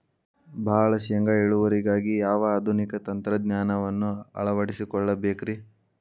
ಭಾಳ ಶೇಂಗಾ ಇಳುವರಿಗಾಗಿ ಯಾವ ಆಧುನಿಕ ತಂತ್ರಜ್ಞಾನವನ್ನ ಅಳವಡಿಸಿಕೊಳ್ಳಬೇಕರೇ?